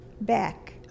back